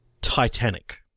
Titanic